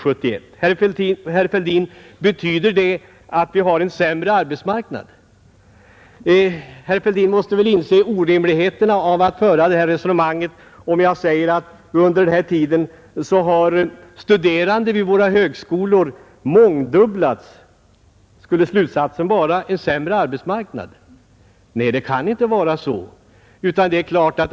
Betyder det, herr Fälldin, att vi har en sämre arbetsmarknad? Herr Fälldin måste väl inse orimligheten i resonemanget om jag säger att under denna tid har de studerande vid våra högskolor mångdubblats. Skulle slutsatsen vara att vi har en sämre arbetsmarknad? Nej, det kan inte vara så.